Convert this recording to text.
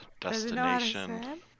destination